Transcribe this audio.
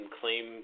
claim